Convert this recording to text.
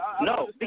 No